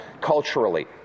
culturally